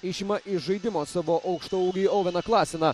išima iš žaidimo savo aukštaūgį oveną klaseną